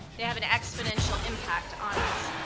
they have an exponential impact on us.